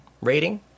rating